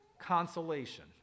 consolation